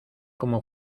cómo